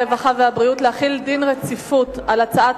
הרווחה והבריאות להחיל דין רציפות על הצעת